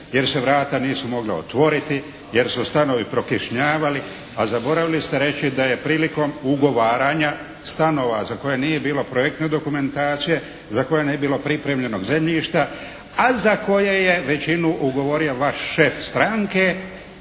jer se vrata nisu mogla otvoriti, jer su stanovi prokišnjavali, a zaboravili ste reći da je prilikom ugovaranja stanova za koje nije bilo projektne dokumentacije, za koje nije bilo pripremljenog zemljišta, a za koje je većinu ugovorio vaš šef stranke